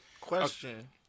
question